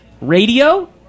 Radio